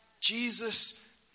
Jesus